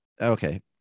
Okay